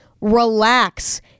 Relax